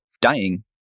dying